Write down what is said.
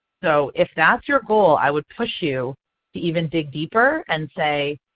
so if that's your goal i would push you to even dig deeper and say,